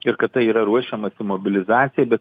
ir kad tai yra ruošiamasi mobilizacijai bet